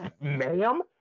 ma'am